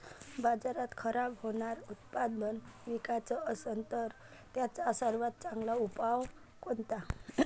बाजारात खराब होनारं उत्पादन विकाच असन तर त्याचा सर्वात चांगला उपाव कोनता?